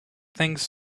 things